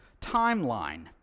timeline